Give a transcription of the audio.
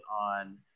on